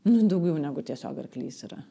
nu daugiau negu tiesiog arklys yra